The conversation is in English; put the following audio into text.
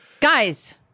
Guys